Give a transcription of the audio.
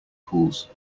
pools